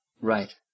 Right